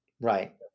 Right